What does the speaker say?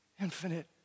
infinite